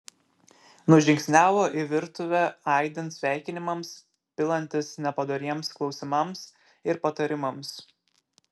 nužingsniavo į virtuvę aidint sveikinimams pilantis nepadoriems klausimams ir patarimams